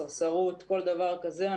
סרסרות וכל דבר כזה,